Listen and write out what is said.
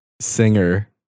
singer